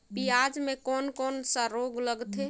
पियाज मे कोन कोन सा रोग लगथे?